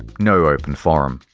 no open forum.